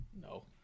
no